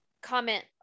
comment